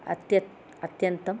अत्यत् अत्यन्तं